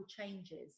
changes